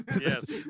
Yes